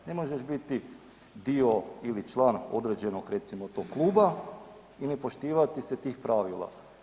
Ne možeš biti dio ili član određenog recimo to kluba i ne poštivati se tih pravila.